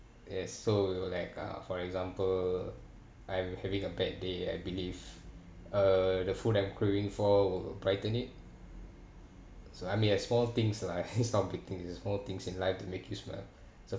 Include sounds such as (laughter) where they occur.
yes so will like uh for example I'm having a bad day I believe uh the food I'm craving for will brighten it so I mean uh small things like (laughs) it's not a big things it's just small things in life to make you smile so